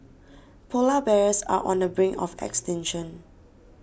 Polar Bears are on the brink of extinction